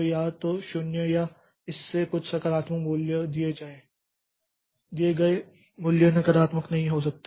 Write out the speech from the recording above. तो या तो 0 या इसके कुछ सकारात्मक मूल्य दिए जाएँ दिए गए मूल्य नकारात्मक नहीं हो सकते